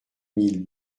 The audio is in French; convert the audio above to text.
mille